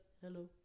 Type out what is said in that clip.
hello